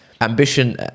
ambition